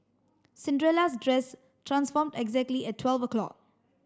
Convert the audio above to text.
Cinderella's dress transformed exactly at twelve o'clock